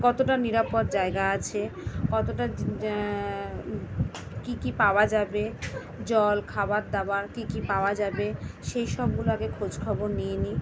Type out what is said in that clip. কতটা নিরাপদ জায়গা আছে কতটা জা কী কী পাওয়া যাবে জল খাবার দাবার কী কী পাওয়া যাবে সেই সবগুলো আগে খোঁজ খবর নিয়ে নিই